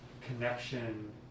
connection